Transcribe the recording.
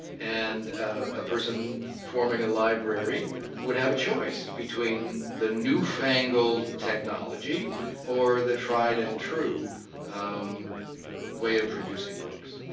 and a person forming a library would have a choice between the newfangled technology or the tried and true way of producing books.